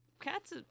cats